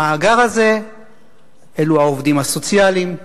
המאגר הזה אלו העובדים הסוציאליים,